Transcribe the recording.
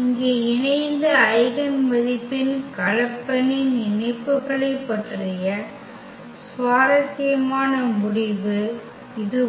இங்கே இணைந்த ஐகென் மதிப்பின் கலப்பெண்னின் இணைப்புகளைப் பற்றிய சுவாரஸ்யமான முடிவு இதுவாகும்